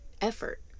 effort